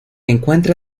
encuentra